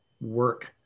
work